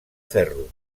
ferro